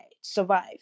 survive